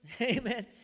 amen